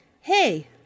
Hey